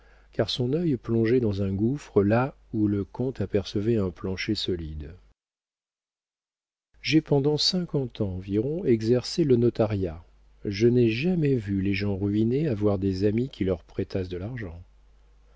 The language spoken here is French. car son œil plongeait dans un gouffre là où le comte apercevait un plancher solide j'ai pendant cinquante ans environ exercé le notariat je n'ai jamais vu les gens ruinés avoir des amis qui leur prêtassent de l'argent